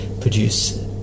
produce